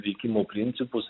veikimo principus